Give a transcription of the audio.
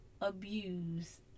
abuse